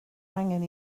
angen